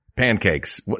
pancakes